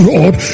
Lord